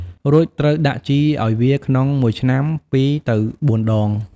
រួចត្រូវដាក់ជីឱ្យវាក្នុងមួយឆ្នាំ ២ ទៅ ៤ ដង។